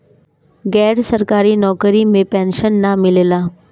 गैर सरकारी नउकरी में पेंशन ना मिलेला